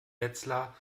wetzlar